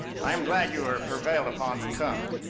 i am glad you were prevailed upon to come.